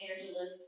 Angeles